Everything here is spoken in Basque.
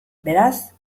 beraz